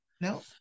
no